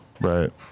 Right